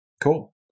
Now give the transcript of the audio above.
Cool